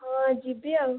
ହଁ ଯିବି ଆଉ